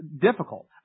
difficult